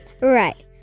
Right